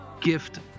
gift